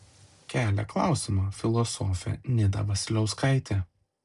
kelia klausimą filosofė nida vasiliauskaitė